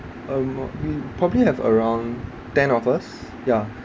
um we probably have around ten of us ya